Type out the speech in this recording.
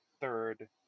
third